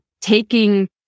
taking